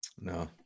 No